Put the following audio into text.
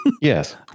Yes